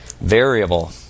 variable